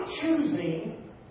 choosing